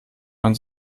man